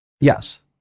Yes